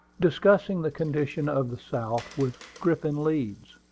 discussing the condition of the south with griffin leeds.